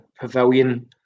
pavilion